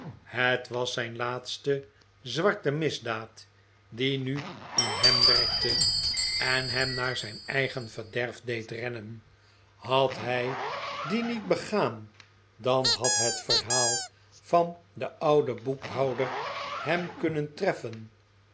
het was zijn laatste zwarte misdaad die nu in hem werkte en hem naar zijn eigen verderf deed rennen had hij die niet begaan dan had het verhaal van den ouden boekhouder hem kunnen treffen